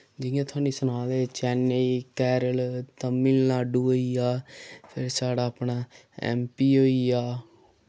जि'यां थुहानूं सनां ते चैन्नई कैरल तमिलनाडु होई गेआ फिर साढ़ा अपना एमपी होई गेआ